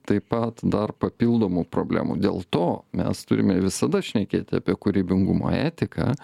taip pat dar papildomų problemų dėl to mes turime visada šnekėti apie kūrybingumo etiką